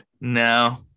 No